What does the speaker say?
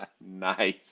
nice